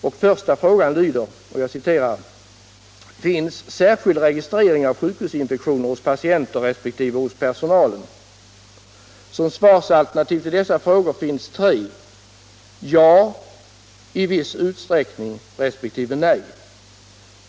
Den första frågan lyder: Finns särskild registrering av sjukhusinfektioner hos patienter resp. hos personal? För denna fråga finns tre svarsalternativ: ja, i viss utsträckning, nej.